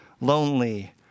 lonely